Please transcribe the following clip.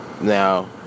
Now